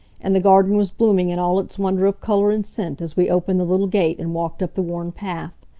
and the garden was blooming in all its wonder of color and scent as we opened the little gate and walked up the worn path.